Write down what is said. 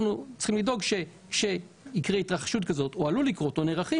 אנחנו צריכים לדאוג שבמקרה של התרחשות כזאת או שעלולה להתרחש,